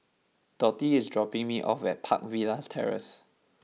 Dotty is dropping me off at Park Villas Terrace